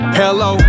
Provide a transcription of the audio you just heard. hello